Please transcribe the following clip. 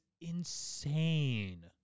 insane